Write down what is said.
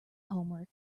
homework